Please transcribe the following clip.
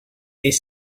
est